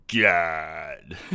god